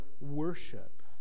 worship